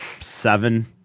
seven